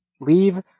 leave